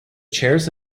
chairs